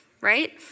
right